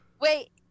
Wait